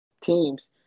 teams